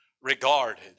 regarded